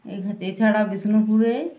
এইখানে এছাড়া বিষ্ণুপুরে